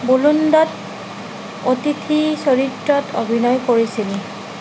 বুলুণ্ডত অতিথি চৰিত্ৰত অভিনয় কৰিছিল